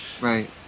Right